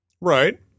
Right